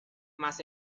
más